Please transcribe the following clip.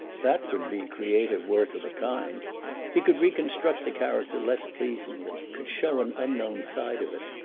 that would be creative work of a kind he could reconstruct the character less pleasingly, could show an unknown side of it.